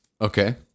Okay